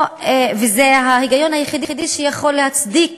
שזה ההיגיון היחיד שיכול להצדיק